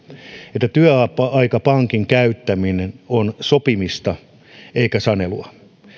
että työaikapankin käyttäminen on sopimista eikä sanelua